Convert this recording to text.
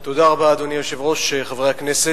אדוני היושב-ראש, תודה רבה, חברי הכנסת,